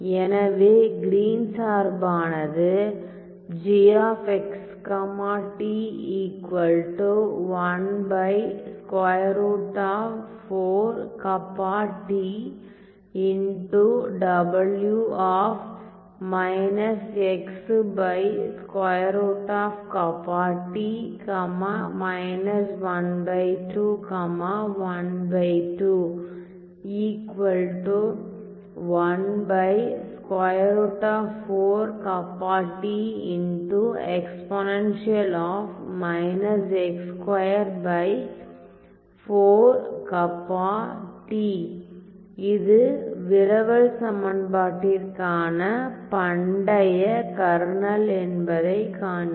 எனவே Green Green's சார்பானது இது விரவல் சமன்பாட்டிற்கான பண்டைய கர்னல் என்பதைக் காண்கிறோம்